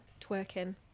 twerking